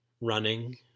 running